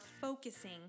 focusing